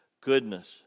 goodness